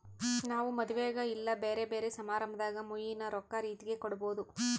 ನಾವು ಮದುವೆಗ ಇಲ್ಲ ಬ್ಯೆರೆ ಬ್ಯೆರೆ ಸಮಾರಂಭದಾಗ ಮುಯ್ಯಿನ ರೊಕ್ಕ ರೀತೆಗ ಕೊಡಬೊದು